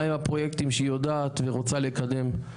מהם הפרויקטים שהיא יודעת ורוצה לקדם,